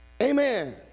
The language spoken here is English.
Amen